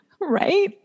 right